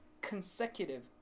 consecutive